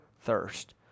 thirst